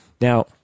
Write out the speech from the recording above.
Now